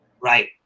Right